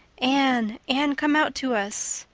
anne, anne, come out to us.